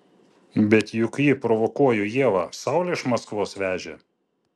bet juk ji provokuoju ievą saulę iš maskvos vežė